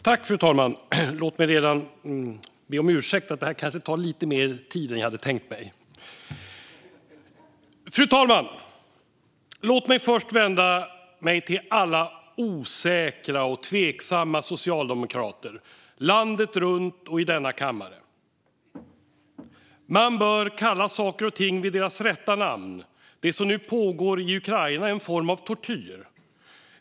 Fru talman! Låt mig redan nu be om ursäkt för att det här kanske tar lite mer tid än jag hade tänkt mig. Låt mig också först vända mig till alla osäkra och tveksamma socialdemokrater landet runt och i denna kammare. Man bör kalla saker och ting vid deras rätta namn. Det som nu pågår i Ukraina är en form av tortyr.